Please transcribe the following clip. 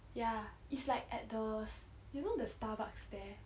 ya it's like at the you know the Starbucks there